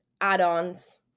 add-ons